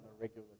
regular